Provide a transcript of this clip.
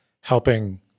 helping